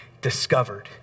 discovered